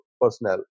personnel